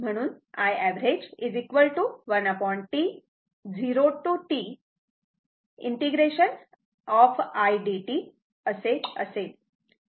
म्हणून iएव्हरेज 1T 0 ते T ∫ i dt असे असेल